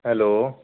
hello